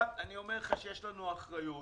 אני אומר לך, שיש לנו אחריות